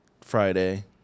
Friday